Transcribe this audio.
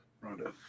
Ronda